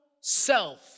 self